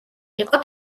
იყო